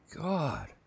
God